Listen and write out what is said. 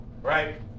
Right